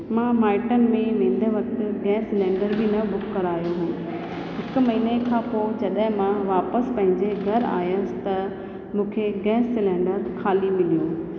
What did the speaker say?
मां माइटनि में वेंदे वक़्ति गैस सिलेंडर बि न बुक करायो हो हिकु महिने खां पोइ जॾहिं मां वापसि पंहिंजे घर आयसि त मूंखे गैस सिलेंडर खाली मिलियो